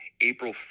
April